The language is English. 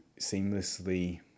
seamlessly